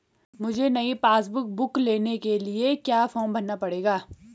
मुझे नयी passbook book लेने के लिए क्या फार्म भरना पड़ेगा?